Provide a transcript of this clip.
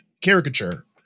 caricature